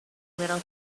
little